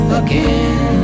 again